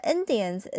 Indians